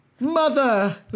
Mother